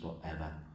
forever